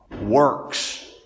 works